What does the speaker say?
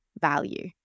value